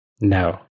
No